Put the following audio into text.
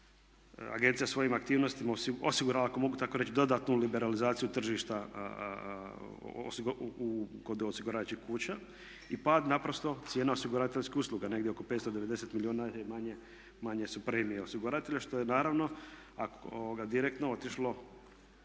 agencija svojim aktivnostima osigurala ako mogu tako reći dodatnu liberalizaciju tržišta kod osiguravajućih kuća i pad naprosto cijena osiguravateljskih usluga, negdje oko 590 milijuna manje su premije osiguratelja što je naravno direktno otišlo